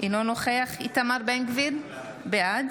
אינו נוכח איתמר בן גביר, בעד